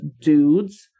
dudes